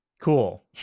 Cool